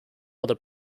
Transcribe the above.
other